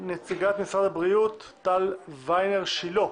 נציגת משרד הבריאות, טל וינר שילה,